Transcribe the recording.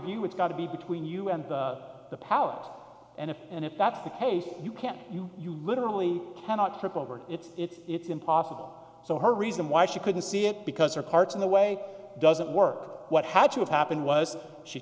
view it's got to be between you and the power and if and if that's the case you can't you you literally cannot trip over it it's it's impossible so her reason why she couldn't see it because her parts in the way doesn't work what had to have happened was she